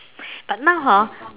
but now hor